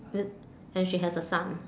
and she has a son